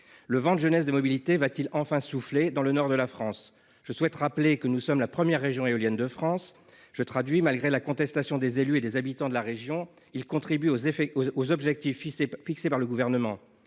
Le vent de jeunesse des mobilités va t il enfin souffler dans le nord de la France ? Je rappelle que nous sommes la première région éolienne de France. En effet, malgré la contestation des élus et des habitants, la région contribue en la matière aux objectifs fixés par le Gouvernement.